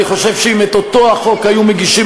אני חושב שאם את אותו החוק היו מגישים